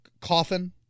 Coffin